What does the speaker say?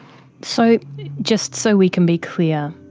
so just so we can be clear,